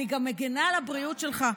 אני גם מגינה על הבריאות שלך.